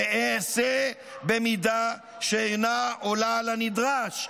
תיעשה במידה שאינה עולה על הנדרש",